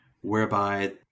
whereby